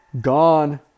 Gone